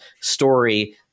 story